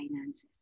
finances